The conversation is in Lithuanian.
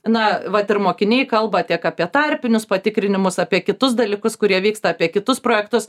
na vat ir mokiniai kalba tiek apie tarpinius patikrinimus apie kitus dalykus kurie vyksta apie kitus projektus